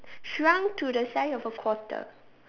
shrunk to the size of a quarter